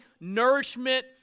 nourishment